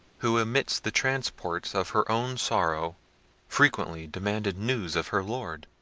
who amidst the transports of her own sorrow frequently demanded news of her lord,